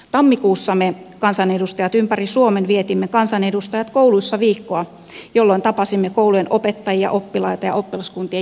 tammikuussa me kansanedustajat ympäri suomen vietimme kansanedustajat kouluissa viikkoa jolloin tapasimme koulujen opettajia oppilaita ja oppilaskuntien jäseniä